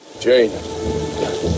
Jane